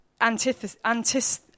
antithesis